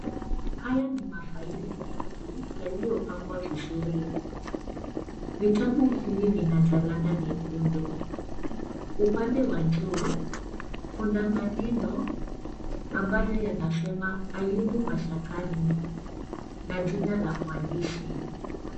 Haya ni mafaili mengi yaliyopangwa vizuri. Vitabu hivi vina jalada nyekundu. Upande wa juu, kuna maneno ambayo yanasema Ayubu Mashakani na jina la mwandishi.